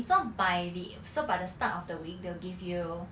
so by the so by the start of the week they'll give you